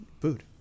food